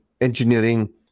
engineering